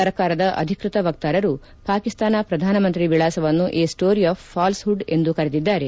ಸರ್ಕಾರದ ಅಧಿಕೃತ ವಕ್ತಾರರು ಪಾಕಿಸ್ತಾನ ಪ್ರಧಾನಮಂತ್ರಿ ವಿಳಾಸವನ್ನು a story of falsehood ಎಂದು ಕರೆದಿದ್ದಾರೆ